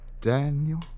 Daniel